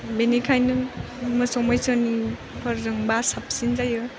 बेनिखायनो मोसौ मैसोनिफोरजोंबा साबसिन जायो